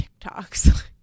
TikToks